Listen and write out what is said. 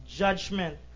judgment